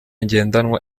ngendanwa